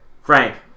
Frank